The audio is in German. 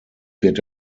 wird